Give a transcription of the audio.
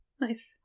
Nice